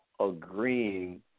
agreeing